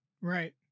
Right